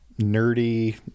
nerdy